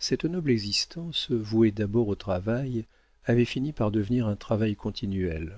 cette noble existence vouée d'abord au travail avait fini par devenir un travail continuel